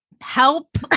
help